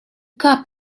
cup